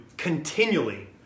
continually